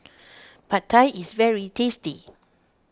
Pad Thai is very tasty